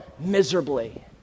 miserably